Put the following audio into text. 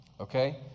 Okay